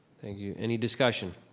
thank you, any discussion?